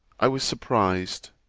i was surprised.